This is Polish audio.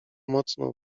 mocno